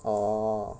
oh